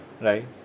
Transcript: right